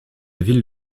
ville